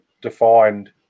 defined